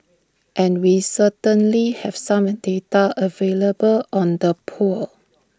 and we certainly have some data available on the poor